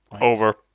Over